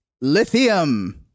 Lithium